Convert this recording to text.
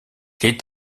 est